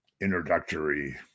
introductory